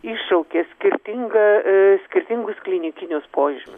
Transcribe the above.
iššaukia skirtingą skirtingus klinikinius požymius